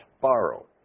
borrow